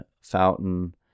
Fountain